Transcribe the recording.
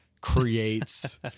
creates